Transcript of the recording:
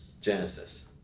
Genesis